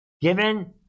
Given